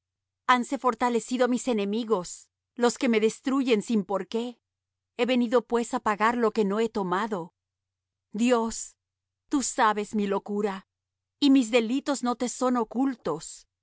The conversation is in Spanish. hanse fortalecido mis enemigos los que me destruyen sin por qué he venido pues á pagar lo que no he tomado dios tú sabes mi locura y mis delitos no te son ocultos